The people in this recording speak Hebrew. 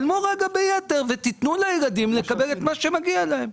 שלמו רגע ביתר ותנו לילדים לקבל את מה שמגיע להם.